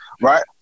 right